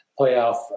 playoff